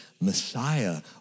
Messiah